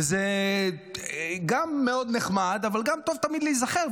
וזה גם מאוד נחמד אבל גם טוב תמיד להיזכר,